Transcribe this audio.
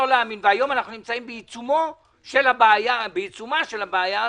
היום אנחנו נמצאים בעיצומה של הבעיה הזאת.